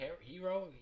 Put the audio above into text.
Hero